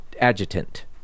Adjutant